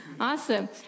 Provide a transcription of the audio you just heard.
awesome